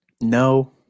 No